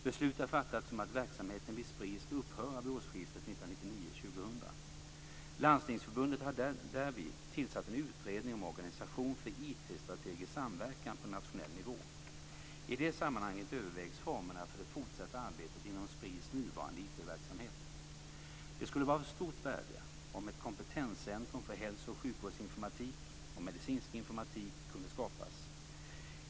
Beslut har fattats om att verksamheten vid Spri skall upphöra vid årsskiftet 1999/2000. Landstingsförbundet har därvid tillsatt en utredning om organisation för IT-strategisk samverkan på nationell nivå. I det sammanhanget övervägs formerna för det fortsatta arbetet inom Spris nuvarande IT-verksamhet. Det skulle vara av stort värde om ett kompetenscentrum för hälso och sjukvårdsinformatik och medicinsk informatik kunde skapas.